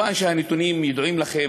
מובן שהנתונים ידועים לכם.